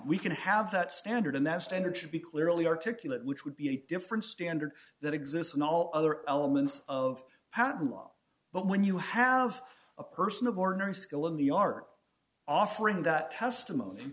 we can have that standard and that standard should be clearly articulate which would be a different standard that exists in all other elements of patent law but when you have a person of ordinary skill in the art offering that testimony